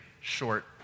short